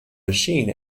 machine